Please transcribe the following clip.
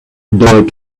dirt